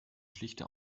schlichte